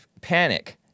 panic